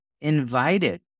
invited